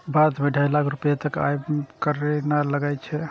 भारत मे ढाइ लाख रुपैया तक के आय पर कर नै लागै छै